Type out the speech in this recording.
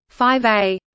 5A